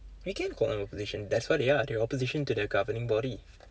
we can call them opposition that's what they are they are opposition to the governing body